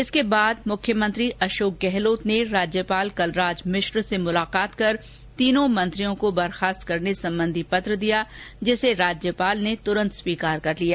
इसके बाद मुख्यमंत्री अशोक गहलोत ने राज्यपाल कलराज मिश्र से मुलाकात कर तीनों मंत्रियों को बर्खास्त करने संबंधी पत्र दिया जिसे राज्यपाल ने तुरंत स्वीकार कर लिया